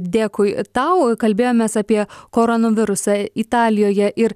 dėkui tau kalbėjomės apie koronavirusą italijoje ir